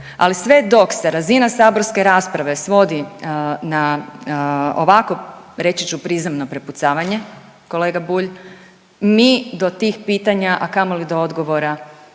Ali sve dok se razina saborske rasprave svodi na ovako reći ću prizemno prepucavanje kolega Bulj, mi do tih pitanja, a kamoli do odgovora